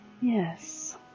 Yes